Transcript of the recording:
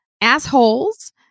Assholes